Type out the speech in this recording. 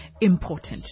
important